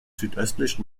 südöstlich